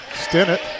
Stinnett